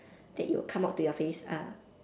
that it will come up to your face ah